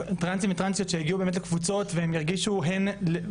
טרנסים וטרנסיות שיגיעו באמת לקבוצות והן ירגישו הן